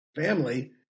family